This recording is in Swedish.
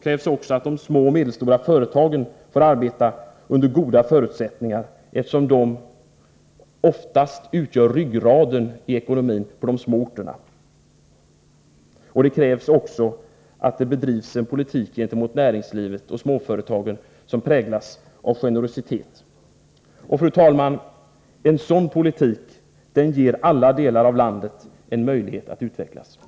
krävs också att de små och medelstora företagen får arbeta under goda förutsättningar, eftersom de oftast utgör ryggraden i ekonomin på de små orterna. Det krävs vidare att det bedrivs en politik gentemot näringslivet och småföretagen som präglas av generositet. Fru talman! En sådan politik ger alla delar av landet en möjlighet att utvecklas.